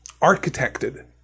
architected